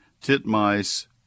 titmice